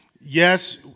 yes